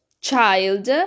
child